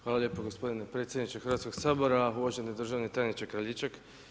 Hvala lijepo gospodine predsjedniče Hrvatskog sabora, uvaženi državni tajniče Kraljičak.